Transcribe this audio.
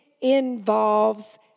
involves